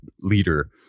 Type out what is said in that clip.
leader